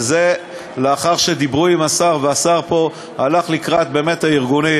וזה לאחר שדיברו עם השר והשר פה הלך באמת לקראת הארגונים,